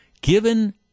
Given